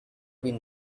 been